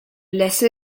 lesser